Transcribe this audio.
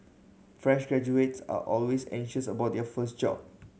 fresh graduates are always anxious about their first job